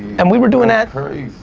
and we were doing that.